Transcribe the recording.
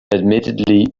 admittedly